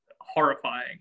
horrifying